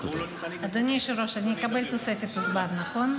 אדוני היושב-ראש, אני אקבל תוספת זמן, נכון?